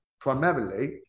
Primarily